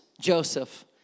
Joseph